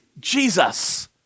Jesus